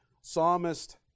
psalmist